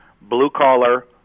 blue-collar